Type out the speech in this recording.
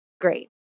Great